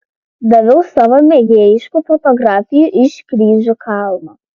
daviau savo mėgėjiškų fotografijų iš kryžių kalno